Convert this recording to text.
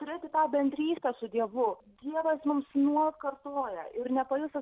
turėti tą bendrystę su dievu dievas mums nuolat kartoja ir nepajusit